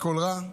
מכל רע.